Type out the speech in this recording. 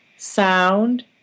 Sound